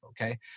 Okay